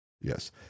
Yes